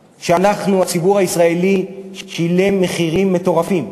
שאנחנו, הציבור הישראלי, שילמנו מחירים מטורפים.